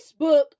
Facebook